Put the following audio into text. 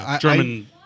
German